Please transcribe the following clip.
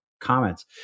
comments